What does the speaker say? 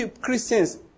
Christians